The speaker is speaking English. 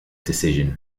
decision